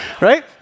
right